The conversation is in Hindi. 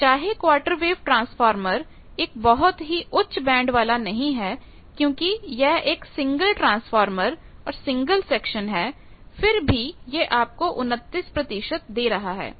अब चाहे क्वार्टर वेव ट्रांसफॉर्मर एक बहुत ही उच्च बैंड वाला नहीं है क्योंकि यह एक सिंगल ट्रांसफार्मर सिंगल सेक्शन है फिर भी यह आपको 29 दे रहा है